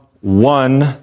one